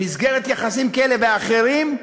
במסגרת יחסים כאלה ואחרים,